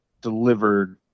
delivered